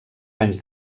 anys